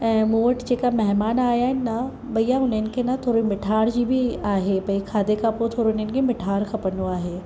ऐं मूं वटि जेका महिमान आया आहिनि न भैया हुननि खे न थोरी मिठाण जी बि आहे भई खाधे खां पोइ थोरो हुननि खे मिठाण खपंदो आहे